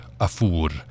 Afur